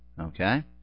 Okay